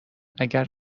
اگر